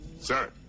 Sir